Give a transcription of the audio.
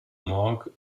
morges